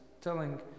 telling